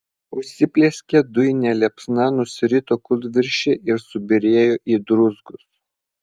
užsiplieskė dujine liepsna nusirito kūlvirsčia ir subyrėjo į druzgus